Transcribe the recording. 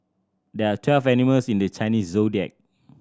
there are twelve animals in the Chinese Zodiac